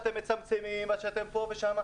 נצביע על סעיף 1 להצעת החוק, כולל הפסקה.